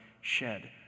shed